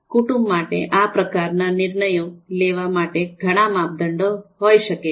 કુટુંબ માટે આવા પ્રકારના નિર્ણયો લેવા માટે ઘણા માપદંડો હોઈ શકે છે